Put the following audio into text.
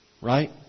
Right